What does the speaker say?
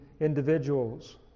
individuals